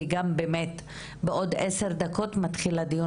כי גם באמת בעוד עשר דקות מתחיל הדיון